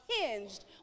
hinged